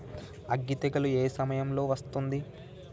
అగ్గి తెగులు ఏ సమయం లో వస్తుంది?